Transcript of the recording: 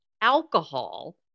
alcohol